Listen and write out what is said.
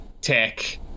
tech